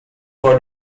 for